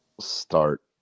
start